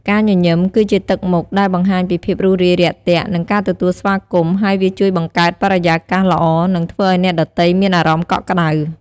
ការញញឹម គឺជាទឹកមុខដែលបង្ហាញពីភាពរួសរាយរាក់ទាក់ និងការទទួលស្វាគមន៍ ហើយវាជួយបង្កើតបរិយាកាសល្អ និងធ្វើឲ្យអ្នកដទៃមានអារម្មណ៍កក់ក្តៅ។